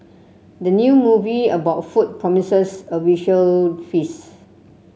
the new movie about food promises a visual feast